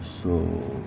so